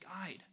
guide